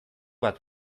bat